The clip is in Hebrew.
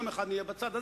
יום אחד נהיה בצד הזה,